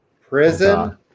prison